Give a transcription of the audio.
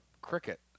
cricket